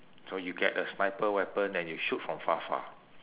so you get the sniper weapon and you shoot from far far